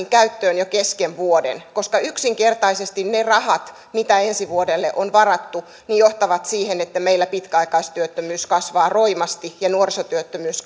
käyttöön jo kesken vuoden koska yksinkertaisesti niillä rahoilla mitä ensi vuodelle on varattu tilanne johtaa siihen että meillä pitkäaikaistyöttömyys kasvaa roimasti ja nuorisotyöttömyys